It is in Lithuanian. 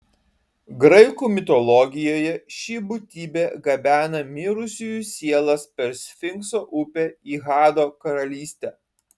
graikų mitologijoje ši būtybė gabena mirusiųjų sielas per sfinkso upę į hado karalystę